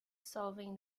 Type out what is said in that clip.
solving